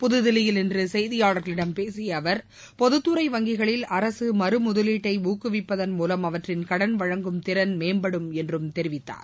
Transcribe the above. புதுதில்லியில் இன்று செய்தியாளர்களிடம் பேசிய அவர் பொதுத் துறை வங்கிகளில் அரசு மறு முதலீட்டை ஊக்குவிப்பதன் மூலம் அவற்றின் கடன் வழங்கும் திறன் மேம்படும் என்றும் தெரிவித்தார்